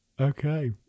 okay